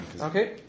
Okay